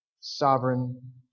Sovereign